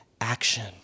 action